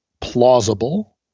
plausible